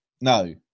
No